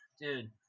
dude